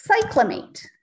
cyclamate